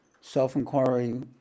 self-inquiry